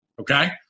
okay